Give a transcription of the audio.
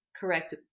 correct